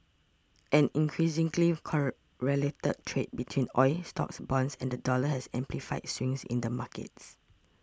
an increasingly correlated trade between oil stocks bonds and the dollar has amplified swings in the markets